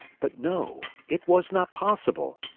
but no, it was not possible!